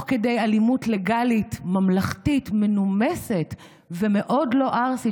אלימות לגלית ממלכתית מנומסת ומאוד לא ערסית,